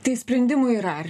tai sprendimų yra ar